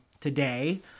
today